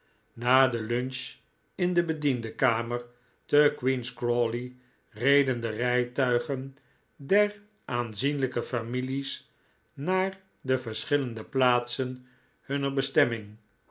na de lunch in de bediendenkamer te queen's crawley reden de rijtuigen der aanzienlijke families naar de verschillende plaatsen hunner bestemming